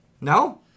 No